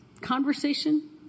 conversation